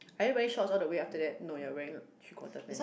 are you wearing shorts all the way after that no you are wearing three quarter pants